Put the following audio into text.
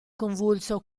convulso